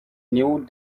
knew